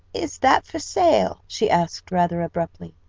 is that for sale? she asked rather abruptly.